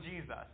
Jesus